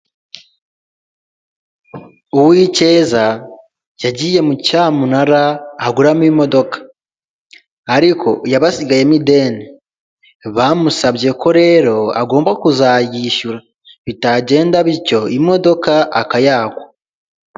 Uwicyeza yagiye mu cyamunara aguramo imodoka ariko yababasigayemo ideni, bamusabye ko rero agomba kuzayishyura bitagenda bityo imodoka akayakwa.